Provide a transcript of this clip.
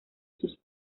sus